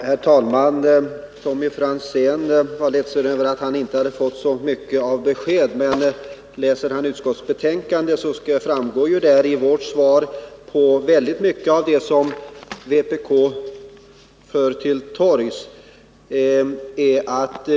Herr talman! Tommy Franzén var ledsen över att han inte hade fått så många besked, men jag vill peka på att våra svar på de frågor som vpk för fram framgår i stor utsträckning av det som anförs i utskottets betänkande.